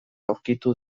aurkitu